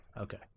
Okay